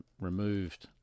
removed